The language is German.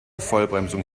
vollbremsung